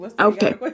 okay